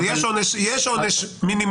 אני אחדד את עצמי.